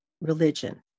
religion